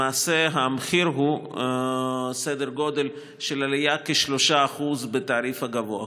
למעשה המחיר הוא עלייה בסדר גודל של כ-3% בתעריף הגבוה.